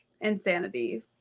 insanity